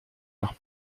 leurs